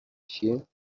چیه